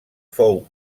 fou